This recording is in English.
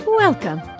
Welcome